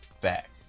back